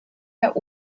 der